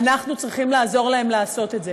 ואנחנו צריכים לעזור להם לעשות את זה.